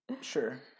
Sure